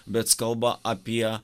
bet jis kalba apie